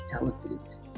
elephant